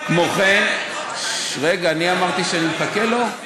כמו כן, רגע, אני אמרתי שאני מחכה לו?